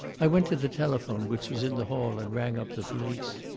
i went to the telephone which was in the hall and rang up the police.